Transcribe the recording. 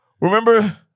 Remember